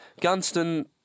Gunston